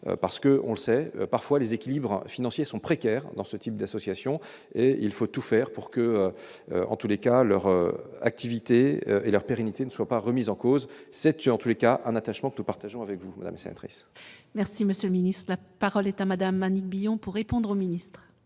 parce que, on le sait, parfois les équilibres financiers sont précaires dans ce type d'association et il faut tout faire pour que, en tous les cas, leurs activités et leur pérennité ne soit pas remise en cause, c'était en tous les cas un attachement que nous partageons avec vous c'est vrai. Merci monsieur le ministre de la parole est à madame Annick Billon pour répondre au ministre.